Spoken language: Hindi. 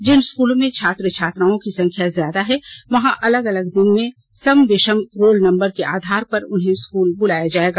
जिन स्कूलों में छात्र छात्राओं की संख्या ज्यादा है वहां अलग अलग दिन में सम विषम रोल नंबर के आधार पर उन्हें स्कूल बुलाया जायेगा